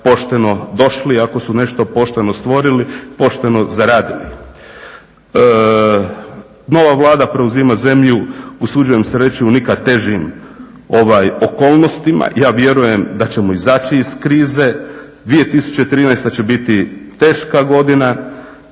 pošteno došli i ako su nešto pošteno stvorili, pošteno zaradili. Nova Vlada preuzima zemlju, usuđujem se reći u nikad težim okolnostima. Ja vjerujem da ćemo izaći iz krize. 2013. će biti teška godina,